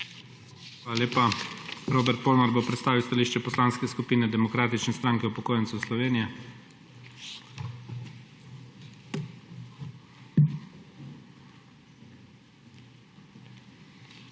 Hvala lepa. Robert Polnar bo predstavil stališče Poslanske skupine Demokratične stranke upokojencev Slovenije. **ROBERT